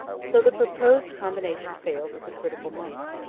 so the proposed combination failed at the critical moment.